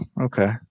Okay